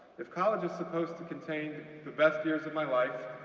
if college is supposed to contain the best years of my life,